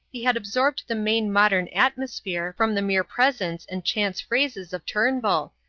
he had absorbed the main modern atmosphere from the mere presence and chance phrases of turnbull,